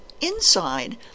inside